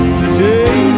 today